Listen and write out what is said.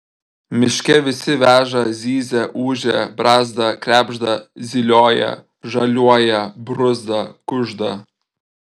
miške visi veža zyzia ūžia brazda krebžda zylioja žaliuoja bruzda kužda